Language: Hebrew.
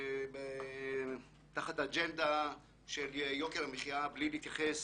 האוצר תחת אג'נדה של יוקר המחיה בלי להתייחס